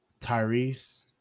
Tyrese